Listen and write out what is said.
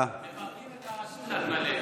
מפרקים את הרשות על מלא.